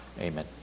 Amen